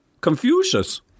Confucius